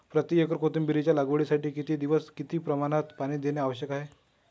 प्रति एकर कोथिंबिरीच्या लागवडीसाठी किती दिवस किती प्रमाणात पाणी देणे आवश्यक आहे?